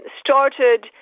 started